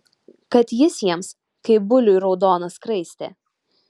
kad jis jiems kaip buliui raudona skraistė